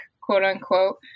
quote-unquote